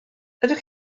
ydych